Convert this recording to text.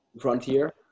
frontier